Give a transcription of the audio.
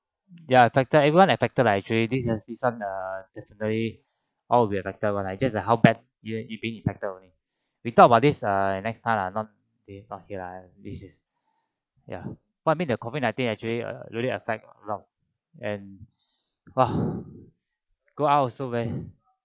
ya affected everyone affected lah actually this is this one err definitely all we affected [one] just that how bad you you being impacted only we talk about this err next time lah not the not here lah this is ya what I mean the COVID ninteen actually uh really affect a lot and !wah! go out also when